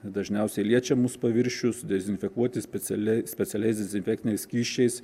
dažniausiai liečiamus paviršius dezinfekuoti specialiai specialiais dezinfekciniais skysčiais